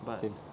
same